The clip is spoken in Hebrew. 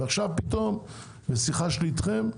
ועכשיו פתאום משיחה שלי אתכם,